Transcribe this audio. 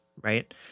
Right